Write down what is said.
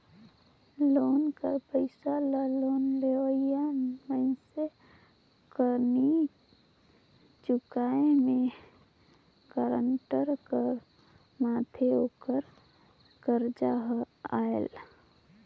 loan कर पइसा ल लोन लेवइया मइनसे कर नी चुकाए में गारंटर कर माथे ओकर करजा हर आएल